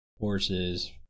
horses